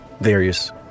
various